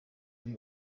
ari